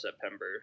September